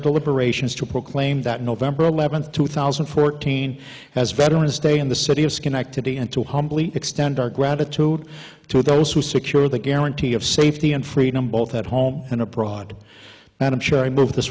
deliberations to proclaim that november eleventh two thousand and fourteen has veterans day in the city of schenectady and to humbly extend our gratitude to those who secure the guarantee of safety and freedom both at home and abroad and i'm sure i move this